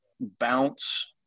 bounce